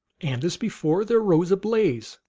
and as before there rose a blaze,